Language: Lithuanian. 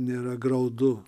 nėra graudu